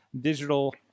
Digital